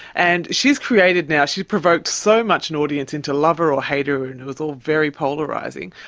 and she's created now, she's provoked so much an audience into love her or hate her and it was all very polarising.